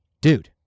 dude